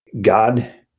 God